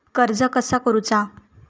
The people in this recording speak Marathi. कर्ज कसा करूचा?